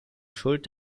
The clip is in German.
schuld